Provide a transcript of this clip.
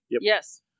Yes